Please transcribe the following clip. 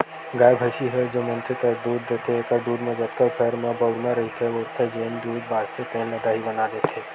गाय, भइसी ह जमनथे त दूद देथे एखर दूद म जतका घर म बउरना रहिथे बउरथे, जेन दूद बाचथे तेन ल दही बना देथे